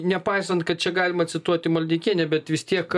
nepaisant kad čia galima cituoti maldeikienę bet vis tiek